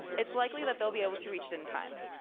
it's likely that they'll be able to reach it in time.